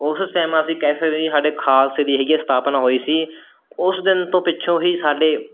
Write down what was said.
ਉਸ ਟੈਮ ਅਸੀਂ ਕਹਿ ਸਕਦੇ ਵੀ ਸਾਡੇ ਖਾਲਸੇ ਦੀ ਹੈਗੀ ਹੈ ਸਥਾਪਨਾ ਹੋਈ ਸੀ ਉਸ ਦਿਨ ਤੋਂ ਪਿੱਛੋਂ ਹੀ ਸਾਡੇ